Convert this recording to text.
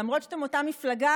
למרות שאתם מאותה מפלגה,